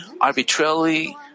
arbitrarily